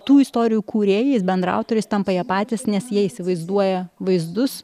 tų istorijų kūrėjais bendraautoriais tampa jie patys nes jie įsivaizduoja vaizdus